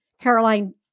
Caroline